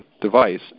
device